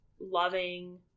loving